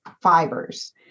fibers